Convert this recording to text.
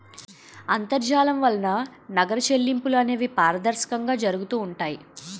అంతర్జాలం వలన నగర చెల్లింపులు అనేవి పారదర్శకంగా జరుగుతూ ఉంటాయి